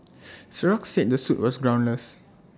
Xerox said the suit was groundless